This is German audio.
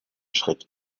schritt